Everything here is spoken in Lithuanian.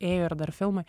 ėjo ir dar filmai